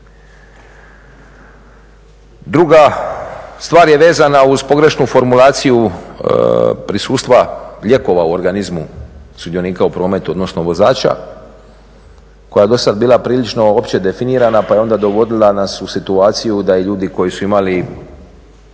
Druga stvar je vezana uz pogrešnu formulaciju prisustva lijekova u organizmu sudionika u prometu, odnosno vozača koja je dosad bila prilično opće definirana pa je onda dovodila nas u situaciju da i ljudi koji su imali